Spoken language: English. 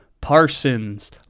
Parsons